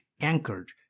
anchored